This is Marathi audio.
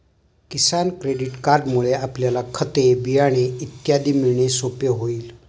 किसान क्रेडिट कार्डमुळे आपल्याला खते, बियाणे इत्यादी मिळणे सोपे होईल